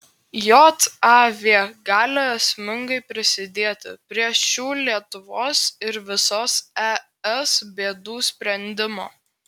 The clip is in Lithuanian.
jav gali esmingai prisidėti prie šių lietuvos ir visos es bėdų sprendimo